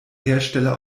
hersteller